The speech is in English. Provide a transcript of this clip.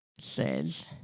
Says